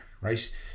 right